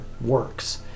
works